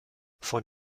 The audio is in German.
von